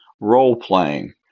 Role-playing